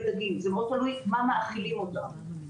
דגים זה מאוד תלוי במה מאכילים אותה.